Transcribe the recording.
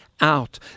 out